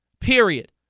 period